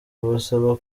babasaba